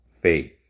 faith